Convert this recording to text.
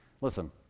Listen